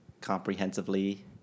comprehensively